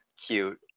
cute